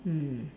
mm